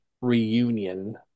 reunion